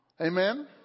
Amen